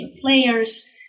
players